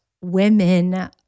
women